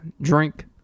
drink